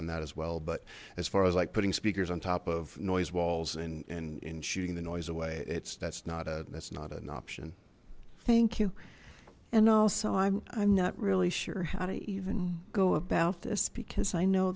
on that as well but as far as like putting speakers on top of noise walls and and in shooting the noise away it's that's not a that's not an option thank you and also i'm not really sure how to even go about this because i know